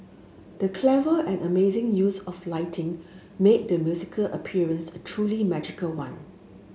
the clever and amazing use of lighting made the musical appearance a truly magical one